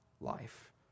life